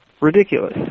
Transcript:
Ridiculous